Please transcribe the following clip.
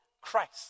Christ